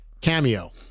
Cameo